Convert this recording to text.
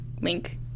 link